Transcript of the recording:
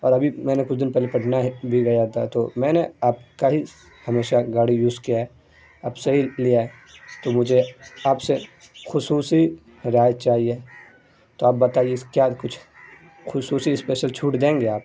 اور ابھی میں نے کچھ دن پہلے پٹنہ بھی گیا تھا تو میں نے آپ کا ہی ہمیشہ گاڑی یوز کیا ہے آپ سے ہی لیا ہے تو مجھے آپ سے خصوصی رعایت چاہیے تو آپ بتائیے کیا کچھ خصوصی اسپیشل چھوٹ دیں گے آپ